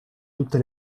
tutte